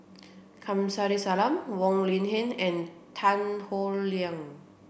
Kamsari Salam Wong Lin Ken and Tan Howe Liang